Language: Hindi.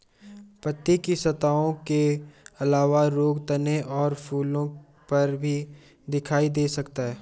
पत्ती की सतहों के अलावा रोग तने और फूलों पर भी दिखाई दे सकता है